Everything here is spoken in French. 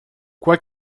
quoi